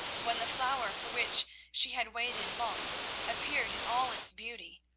when the flower for which she had waited long appeared in all its beauty,